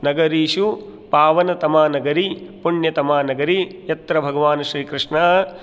नगरीषु पावनतमा नगरी पुण्यतमा नगरी यत्र भगवान् श्रीकृष्णः